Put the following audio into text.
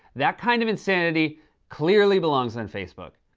that kind of insanity clearly belongs on facebook.